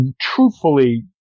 truthfully